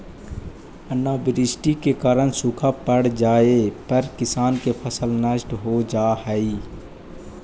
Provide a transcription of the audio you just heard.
अनावृष्टि के कारण सूखा पड़ जाए पर किसान के फसल नष्ट हो जा हइ